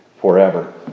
forever